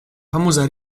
famosa